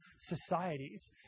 societies